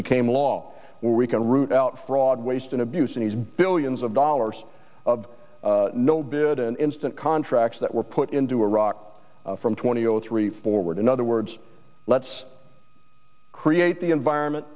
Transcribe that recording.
became law where we can root out fraud waste and abuse and his billions of dollars of no bid and instant contracts that were put into iraq from twenty zero three forward in other words let's create the environment